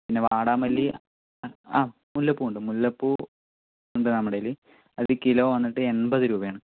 പിന്നെ വാടാമല്ലി ആ മുല്ലപ്പൂവുണ്ട് മുല്ലപ്പൂ ഉണ്ട് നമ്മുടെ കയ്യിൽ അത് കിലോ വന്നിട്ട് എൺപതുരൂപയാണ്